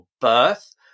birth